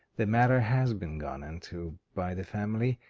the matter has been gone into by the family.